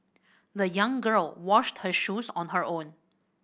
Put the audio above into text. the young girl washed her shoes on her own